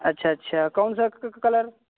अच्छा अच्छा कौन सा कलर